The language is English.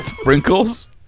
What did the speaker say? sprinkles